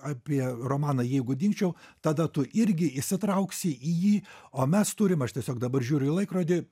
apie romaną jeigu dingčiau tada tu irgi įsitrauksi į jį o mes turim aš tiesiog dabar žiūriu į laikrodį